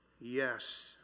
yes